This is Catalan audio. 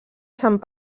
sant